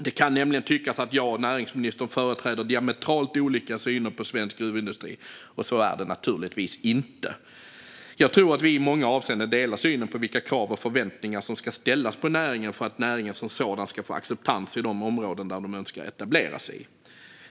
Det kan nämligen tyckas som att jag och näringsministern företräder diametralt olika synsätt på svensk gruvindustri, och så är det naturligtvis inte. Jag tror att vi i många avseenden delar synen på vilka krav och förväntningar som ska ställas på näringen för att näringen som sådan ska få acceptans i de områden den önskar etablera sig i.